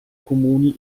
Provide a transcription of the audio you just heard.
comuni